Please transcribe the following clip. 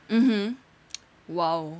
mmhmm !wow!